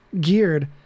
geared